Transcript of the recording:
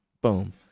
Boom